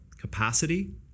capacity